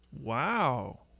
Wow